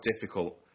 difficult